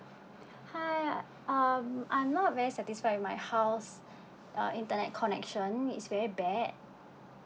hi um I'm not very satisfied with my house uh internet connection it's very bad